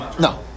No